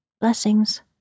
Blessings